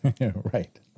Right